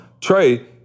Trey